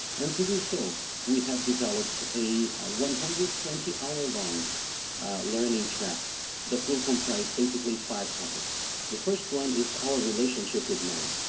and to do so we have developed a one hundred and twenty hour long learning track that will comprise basically five topics the first one is our relationship with money,